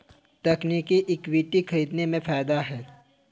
तकनीकी इक्विटी खरीदने में फ़ायदा है